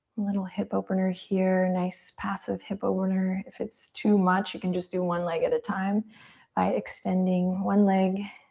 little hip opener here. nice passive hip opener. if it's too much you can just do one leg at a time by extending one leg